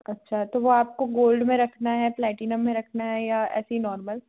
अच्छा तो वह आपको गोल्ड में रखना है प्लेटिनम में रखना है या ऐसे ही नॉर्मल